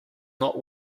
not